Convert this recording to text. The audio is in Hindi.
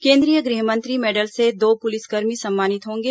केंद्रीय गृह मंत्री मेडल से दो पुलिसकर्मी सम्मानित होंगे